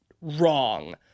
wrong